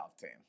team